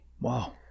Wow